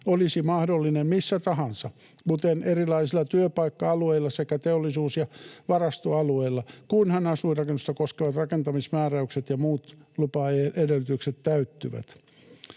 olisi mahdollinen missä tahansa. Muuten erilaisilla työpaikka-alueilla sekä teollisuus- ja varastoalueilla, kunhan asuinrakennusta koskevat rakentamismääräykset ja muut lupaedellytykset täyttyvät.”